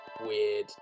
weird